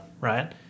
right